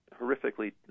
horrifically